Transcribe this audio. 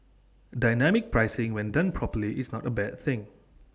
dynamic pricing when done properly is not A bad thing